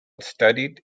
studied